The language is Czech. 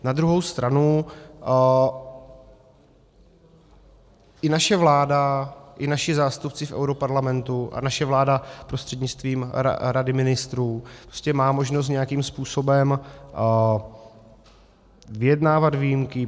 Na druhou stranu i naše vláda i naši zástupci v europarlamentu a naše vláda prostřednictvím Rady ministrů má možnost nějakým způsobem vyjednávat výjimky.